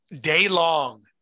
day-long